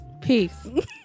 Peace